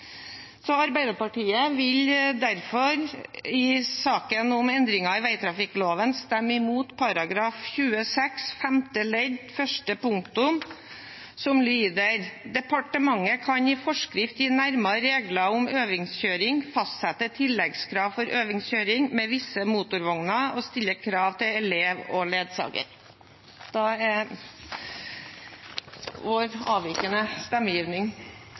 Arbeiderpartiet vil derfor i saken om endringer i veitrafikkloven stemme imot § 26 femte ledd første punktum, som lyder: «Departementet kan i forskrift gi nærmere regler om øvingskjøring, fastsette tilleggskrav for øvingskjøring med visse motorvogner og stille krav til elev og ledsager.» Da er vår avvikende